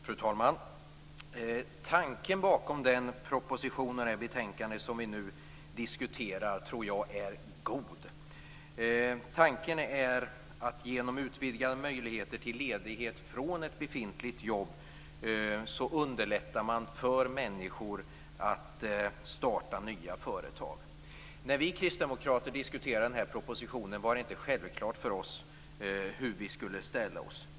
Fru talman! Tanken bakom den proposition och det betänkande som vi nu diskuterar tror jag är god. Tanken är att det genom utvidgade möjligheter till ledighet från ett befintligt jobb skall underlättas för människor att starta nya företag. När vi kristdemokrater diskuterade denna proposition var det inte självklart för oss hur vi skulle ställa oss.